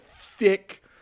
thick